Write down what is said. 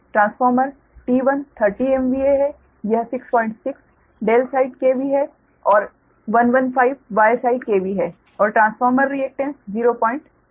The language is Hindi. ट्रांसफार्मर T1 30 MVA है यह 66 ∆ साइड KV है और 115 Y साइड KV है और ट्रांसफार्मर रिएकटेन्स 010 pu है